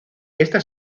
esta